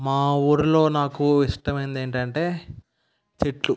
మా ఊరి లో నాకు ఇష్టమైంది ఏంటంటే చెట్లు